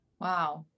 Wow